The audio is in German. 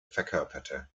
verkörperte